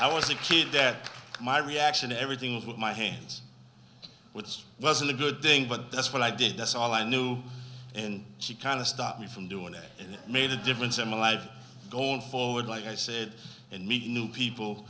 i was a kid that my reaction to everything with my hands which wasn't a good thing but that's what i did that's all i knew and she kind of stopped me from doing that and made a difference in my life goal forward like i said and meet new people